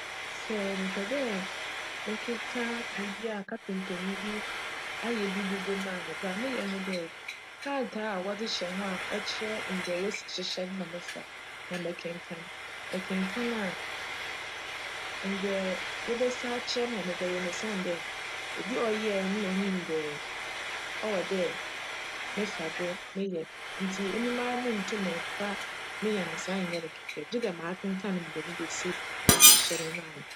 Sj mepj dj mekeka biribi a "carpenter" bi ayj bi bobc mu a, dza meyj nye dj krataa a wcdze hyj ho a ckyerj mbrj wosi hyehyj no na mefa na mekenkan. Mekenkan a, mbrj wobesi akyerj me na mebjyj osiandj obi a cyjj no na onyim mbrj cwc dj mefa do meyj ntsi emi mara munntum mmfa me nyansaa nnyj no kjkj gyedj m'akenkan mbrj mebesi ahyehyj no ansaana.